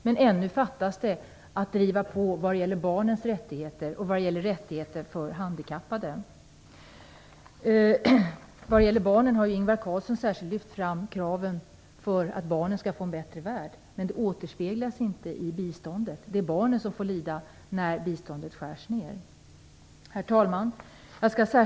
Men ännu fattas det mycket när det gäller barnens rättigheter och rättigheter för handikappade. Ingvar Carlsson har särskilt betonat kraven på att barnen skall få en bättre värld. Men det återspeglas inte i biståndet. Det är barnen som får lida när biståndet skärs ner. Herr talman!